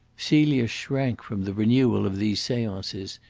celia shrank from the renewal of these seances.